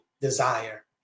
desire